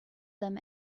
them